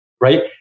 Right